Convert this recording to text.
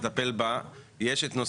כתוב פה "למעט הגדלה לפי פסקה (13ג)", שזה בסדר.